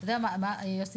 יוסי,